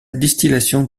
distillation